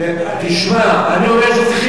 אני אומר שצריכים לכבד את הדתות,